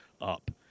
up